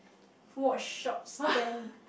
watch shop stand